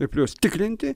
ir plius tikrinti